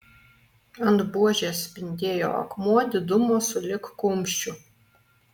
ant buožės spindėjo akmuo didumo sulig kumščiu